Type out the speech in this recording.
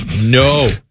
No